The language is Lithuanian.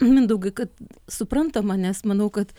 mindaugai kad suprantama nes manau kad